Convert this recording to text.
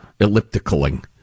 ellipticaling